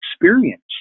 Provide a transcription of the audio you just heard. experience